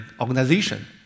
organization